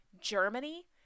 germany